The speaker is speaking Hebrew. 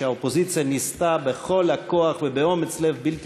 שהאופוזיציה ניסתה בכל הכוח ובאומץ לב בלתי